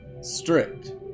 strict